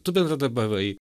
tu bendradarbiavai